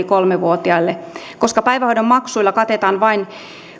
kolmevuotiaille koska päivähoidon maksuilla katetaan vain